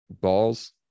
balls